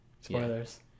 Spoilers